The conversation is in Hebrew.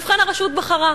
ובכן, הרשות בחרה,